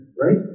right